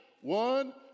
One